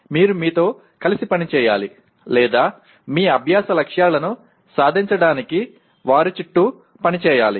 కాబట్టి మీరు మీతో కలిసి పని చేయాలి లేదా మీ అభ్యాస లక్ష్యాలను సాధించడానికి వారి చుట్టూ పని చేయాలి